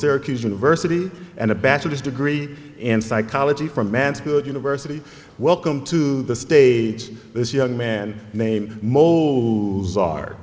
syracuse university and a bachelor's degree in psychology from manhood university welcome to the stage this young man named mole